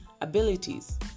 abilities